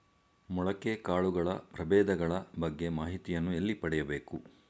ಮೊಳಕೆ ಕಾಳುಗಳ ಪ್ರಭೇದಗಳ ಬಗ್ಗೆ ಮಾಹಿತಿಯನ್ನು ಎಲ್ಲಿ ಪಡೆಯಬೇಕು?